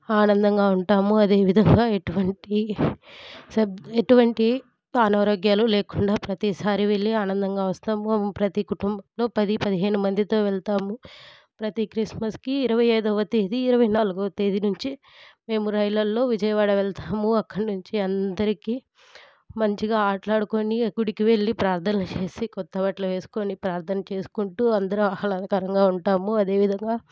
ఆనందంగా ఉంటాము అదే విధంగా ఎటువంటి ఎటువంటి అనారోగ్యాలు లేకుండా ప్రతిసారి వెళ్ళి ఆనందంగా వస్తాము ప్రతి కుటుంబంలో పది పదిహేను మందితో వెళ్తాము ప్రతి క్రిస్మస్కి ఇరవై ఐదవ తేదీ ఇరవై నాలుగవ తేదీ నుంచి మేము రైళ్ళల్లో విజయవాడ వెళ్తాము అక్కడి నుంచి అందరికీ మంచిగా ఆటాడుకొని గుడికి వెళ్ళి ప్రార్ధనలు చేసి కొత్త బట్టలు వేసుకొని ప్రార్థన చేసుకుంటు అందరు ఆహ్లాదకరంగా ఉంటాము అదేవిధంగా